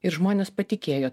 ir žmonės patikėjo